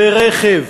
כלי רכב